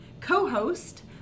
co-host